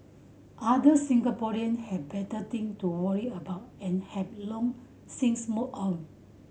other Singaporean have better thing to worry about and have long since moved on